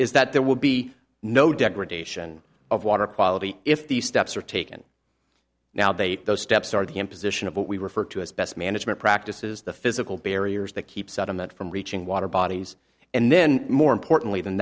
is that there would be no degradation of water quality if these steps are taken now they those steps are the imposition of what we refer to as best management practices the physical barriers that keep sediment from reaching water bodies and then more importantly than